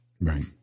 right